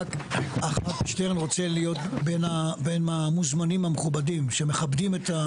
שטרן רוצה להיות בין המוזמנים המכובדים, שמכבדים.